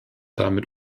damit